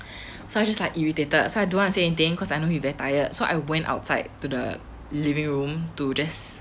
so I just like irritated as I don't want to say anything cause I know he very tired so I went outside to the living room to just